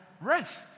rest